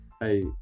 hey